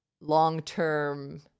long-term